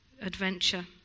adventure